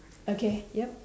okay yup